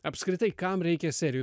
apskritai kam reikia serijų